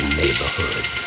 neighborhood